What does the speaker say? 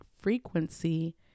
frequency